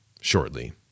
shortly